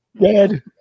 Dead